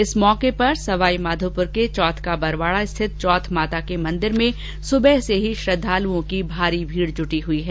इस अवसर पर सवाईमाधोपुर के चौथ का बरवाडा स्थित चौथ माता के मंदिर में सुबह से ही श्रद्दालुओं की भारी भीड जुटी है